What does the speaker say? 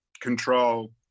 control